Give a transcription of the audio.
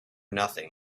nothing